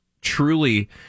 truly